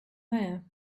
there